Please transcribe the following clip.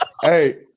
Hey